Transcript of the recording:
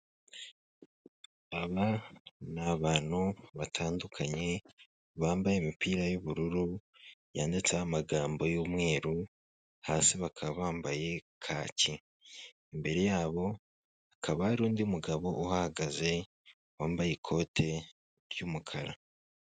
Aba ni abantu batandukanye bambaye imipira y'ubururu yanditseho amagambo y'umweru hasi bakaba bambaye kaki, imbere yabo hakaba hari undi mugabo uhahagaze wambaye ikote ry'umukara.